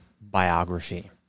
biography